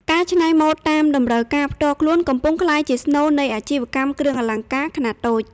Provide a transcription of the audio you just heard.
ការច្នៃម៉ូដតាមតម្រូវការផ្ទាល់ខ្លួន កំពុងក្លាយជាស្នូលនៃអាជីវកម្មគ្រឿងអលង្ការខ្នាតតូច។